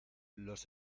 los